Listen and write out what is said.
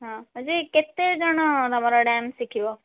ହଁ ଯେ କେତେ ଜଣ ତୁମର ଡ୍ୟାନ୍ସ ଶିଖିବ